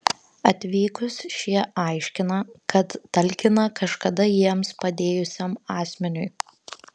atvykus šie aiškina kad talkina kažkada jiems padėjusiam asmeniui